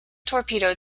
torpedo